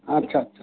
ᱟᱪᱪᱷᱟ ᱪᱷᱟ